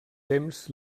temps